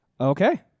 Okay